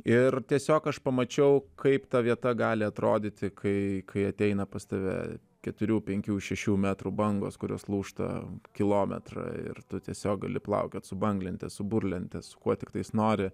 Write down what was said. ir tiesiog aš pamačiau kaip ta vieta gali atrodyti kai kai ateina pas tave keturių penkių šešių metrų bangos kurios lūžta kilometrą ir tu tiesiog gali plaukiot su banglentės burlentės kuo tiktai nori